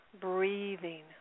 breathing